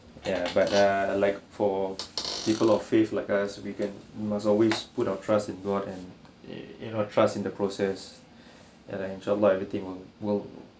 ya but err like for people of faith like us we can we must always put our trust in god and in in trust in the process and I enjoy lah everything will